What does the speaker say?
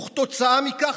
וכתוצאה מכך,